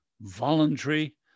voluntary